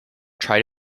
try